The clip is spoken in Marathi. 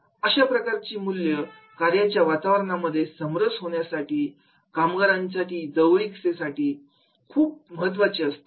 अशा प्रकारची मूल्य कार्याच्या वातावरणामध्ये समरस होण्यासाठी कामगारांच्या जवळीक ते साठी खूप महत्त्वाचे असतात